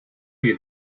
you